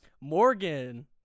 Morgan